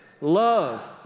love